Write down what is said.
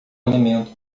alimento